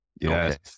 Yes